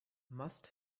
must